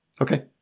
okay